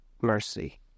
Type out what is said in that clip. mercy